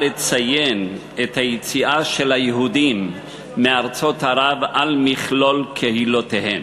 לציין את היציאה של היהודים מארצות ערב על מכלול קהילותיהם.